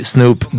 Snoop